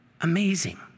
Amazing